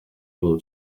will